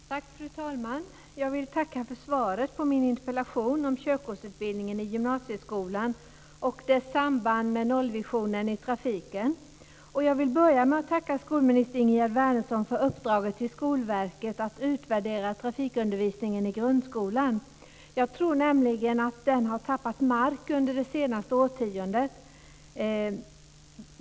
Fru talman! Jag vill tacka för svaret på min interpellation om körkortsutbildningen i gymnasieskolan och dess samband med nollvisionen i trafiken. Inledningsvis vill jag också tacka skolminister Ingegerd Wärnersson för uppdraget till Skolverket att utvärdera trafikundervisningen i grundskolan. Jag tror nämligen att den har tappat mark under det senaste årtiondet.